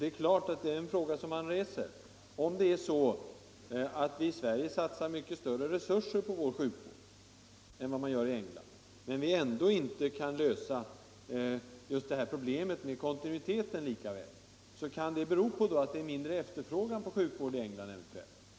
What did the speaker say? Det är självfallet en fråga som man reser: Om vi i Sverige satsar mycket större resurser på vår sjukvård än vad man gör i England, men ändå inte kan lösa problemet med kon Nr 87 tinuiteten lika väl, kan det eventuellt bero på att det är mindre efterfrågan Torsdagen den på sjukvård i England?